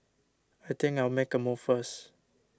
I think I'll make a move first